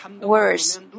worse